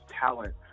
talent